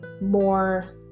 more